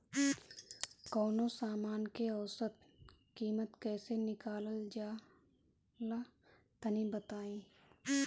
कवनो समान के औसत कीमत कैसे निकालल जा ला तनी बताई?